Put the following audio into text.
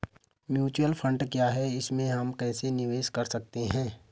Mutual fund क्या है इसमें हम कैसे निवेश कर सकते हैं?